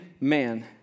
man